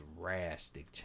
drastic